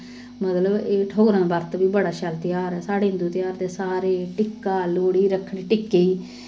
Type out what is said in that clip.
मतलब एह् ठौगरें दा बर्त बी बड़ा शैल तेहार ऐ साढ़े हिन्दू तेहार दे सारे टिक्का लोह्ड़ी रक्खड़ी टिक्के गी